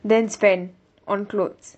then spend on clothes